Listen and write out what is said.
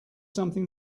something